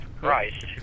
right